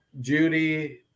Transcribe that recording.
Judy –